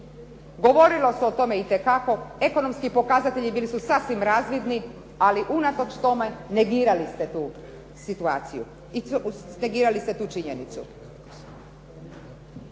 govorilo se o tome itekako, ekonomski pokazatelji bili su sasvim razvidni, ali unatoč tome negirali ste tu situaciju i negirali ste tu činjenicu.